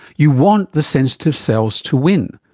you want the sensitive cells to win,